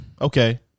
Okay